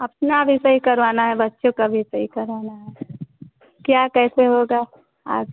अपना भी सही करवाना है बच्चों का भी सही कराना है क्या कैसे होगा आप